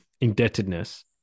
indebtedness